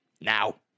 now